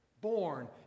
Born